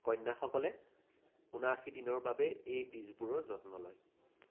কন্যাসকলে ঊনাষি দিনৰ বাবে এই বীজবোৰৰ যত্ন লয়